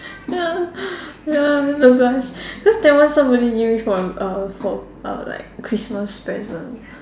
ya ya the blush cause that one somebody give me for uh for uh like Christmas present